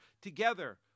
together